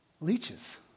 leeches